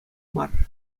мар